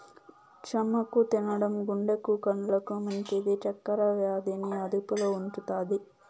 చామాకు తినడం గుండెకు, కండ్లకు మంచిది, చక్కర వ్యాధి ని అదుపులో ఉంచుతాది